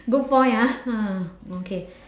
good point ah ha okay